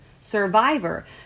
survivor